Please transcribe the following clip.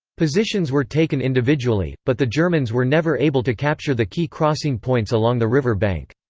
positions were taken individually, but the germans were never able to capture the key crossing points along the river bank.